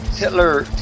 Hitler